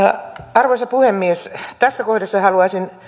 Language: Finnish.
arvoisa puhemies tässä kohdassa haluaisin